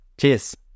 Cheers